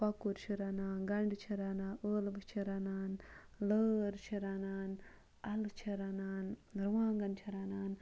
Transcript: کۄکُر چھُ رَنان گَنٛڈٕ چھِ رَنان ٲلوٕ چھِ رَنان لٲر چھِ رَنان اَلہٕ چھِ رَنان رُوانٛگَن چھِ رَنان